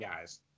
guys